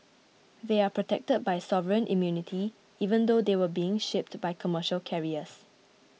they are protected by sovereign immunity even though they were being shipped by commercial carriers